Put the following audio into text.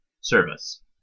service